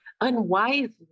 unwisely